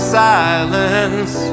silence